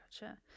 gotcha